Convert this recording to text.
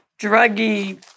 druggy